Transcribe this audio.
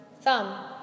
thumb